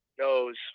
knows